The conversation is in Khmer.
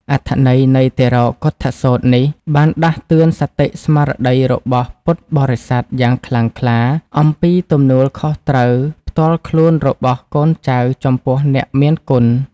អត្ថន័យនៃតិរោកុឌ្ឍសូត្រនេះ បានដាស់តឿនសតិស្មារតីរបស់ពុទ្ធបរិស័ទយ៉ាងខ្លាំងក្លា អំពីទំនួលខុសត្រូវផ្ទាល់ខ្លួនរបស់កូនចៅចំពោះអ្នកមានគុណ។